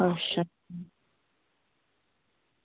अच्छा